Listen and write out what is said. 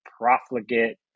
profligate